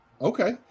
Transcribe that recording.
okay